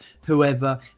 whoever